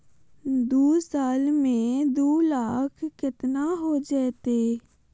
दू साल में दू लाख केतना हो जयते?